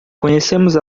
conhecemos